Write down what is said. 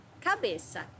cabeça